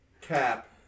Cap